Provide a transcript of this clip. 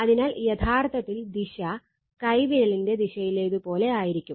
അതിനാൽ യഥാർത്ഥത്തിൽ ദിശ കൈവിരലിന്റെ ദിശയിലേതുപോലെ ആയിരിക്കും